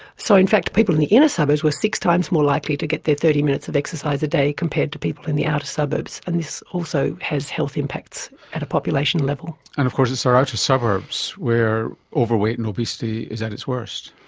so in fact people in the inner suburbs were six times more likely to get their thirty minutes of exercise a day compared to people in the outer suburbs, and this also has health impacts at a population level. and of course it's our outer suburbs where overweight and obesity is at its worst.